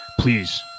please